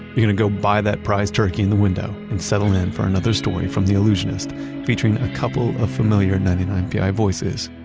you know go buy that prized turkey in the window and settle in for another story from the allusionist featuring a couple of familiar ninety nine pi voices,